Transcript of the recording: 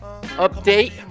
Update